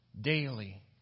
daily